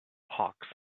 hawks